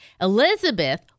Elizabeth